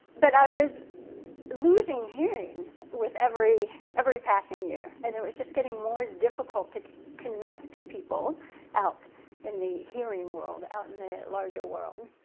but i was losing hearing with every every passing year. and it was just getting more difficult to connect to people out in the hearing world, out in the larger world.